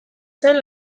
zen